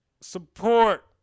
support